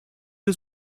was